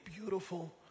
beautiful